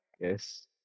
Yes